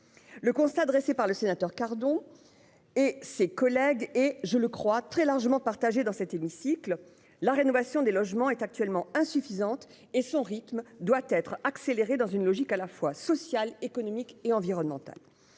Le constat dressé par le sénateur cardons et ses collègues et je le crois très largement partagé dans cet hémicycle. La rénovation des logements est actuellement insuffisante et son rythme doit être accéléré dans une logique, à la fois social, économique et environnementale.